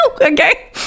okay